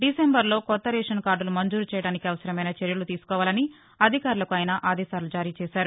డిసెంబర్లో కొత్త రేషన్ కార్గులు మంజూరు చేయడానికి అవసరమైన చర్యలు తీసుకోవాలని అధికారులకు ఆయన ఆదేశాలు జారీ చేశారు